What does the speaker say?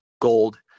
gold